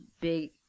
big